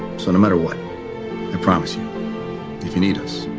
so no matter what i promise you if you need us